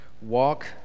walk